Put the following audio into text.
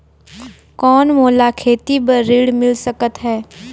कौन मोला खेती बर ऋण मिल सकत है?